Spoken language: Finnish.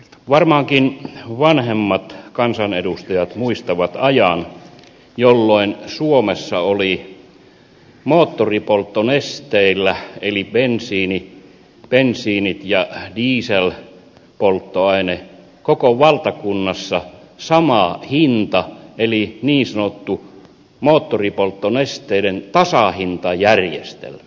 varmaankin vanhemmat kansanedustajat muistavat ajan jolloin suomessa oli moottoripolttonesteillä eli bensiineillä ja dieselpolttoaineella koko valtakunnassa sama hinta eli oli niin sanottu moottoripolttonesteiden tasahintajärjestelmä